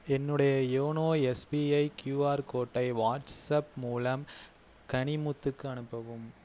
என்னுடைய YONO SBI QR கோடை WhatsApp மூலம் கனிமுத்துக்கு அனுப்பவும்